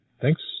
Thanks